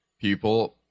people